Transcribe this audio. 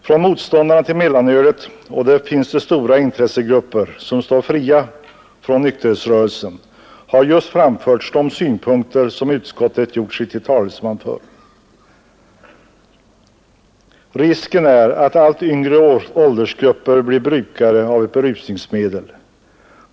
Från motståndarna till mellanölet — och där finns det stora intressegrupper som står fria från nykterhetsrörelsen — har framförts de synpunkter som utskottet har gjort sig till talesman för. Risken är att allt yngre åldersgrupper blir brukare av berusningsmedel.